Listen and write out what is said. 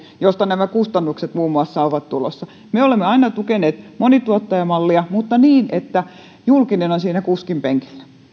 josta nämä kustannukset muun muassa ovat tulossa me olemme aina tukeneet monituottajamallia mutta niin että julkinen on siinä kuskin penkillä